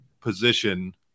position